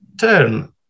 turn